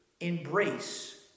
embrace